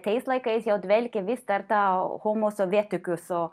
tais laikais jau dvelkė vis dar ta homosovietikuso